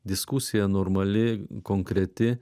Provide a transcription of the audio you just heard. diskusija normali konkreti